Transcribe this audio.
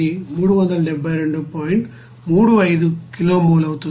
35 kilo mole అవుతుంది